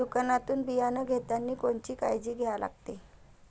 दुकानातून बियानं घेतानी कोनची काळजी घ्या लागते?